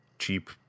cheap